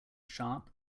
sharp